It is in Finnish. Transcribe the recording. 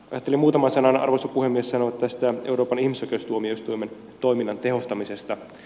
ajattelin muutaman sanan arvoisa puhemies sanoa tästä euroopan ihmisoikeustuomioistuimen toiminnan tehostamisesta